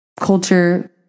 culture